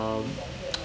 um